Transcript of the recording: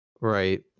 Right